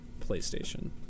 PlayStation